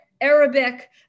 Arabic